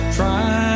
try